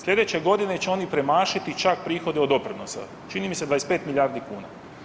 Sljedeće godine će oni premašiti čak prihode od doprinosa, čini mi se 25 milijardi kuna.